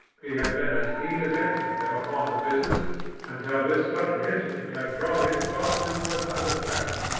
he had been as keen as any of them upon the business until this sudden incident had drawn his thoughts into another channel.